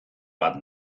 bat